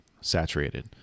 saturated